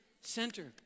center